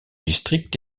district